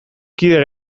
kide